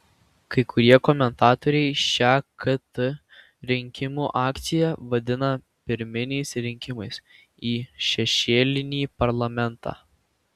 kai kurie komentatoriai šią kt rinkimų akciją vadina pirminiais rinkimais į šešėlinį parlamentą